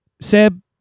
Seb